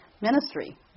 Ministry